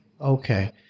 Okay